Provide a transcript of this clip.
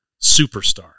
superstar